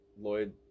Lloyd